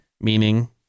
Meaning